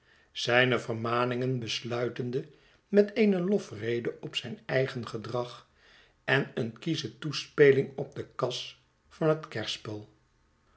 zijne vermaningen besluitende met eene lofrede op zyn eigen gedrag en een kiesche toespeling op de kas van het kerspel